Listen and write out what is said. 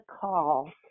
call